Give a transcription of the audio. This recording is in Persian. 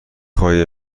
خواهی